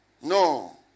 No